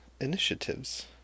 initiatives